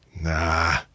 Nah